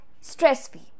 stress-free